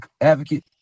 advocate